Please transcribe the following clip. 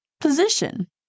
position